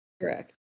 correct